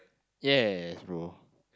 yes bro